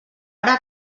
ara